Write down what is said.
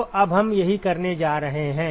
तो अब हम यही करने जा रहे हैं